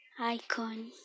Icon